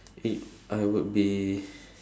if I would be